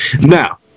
Now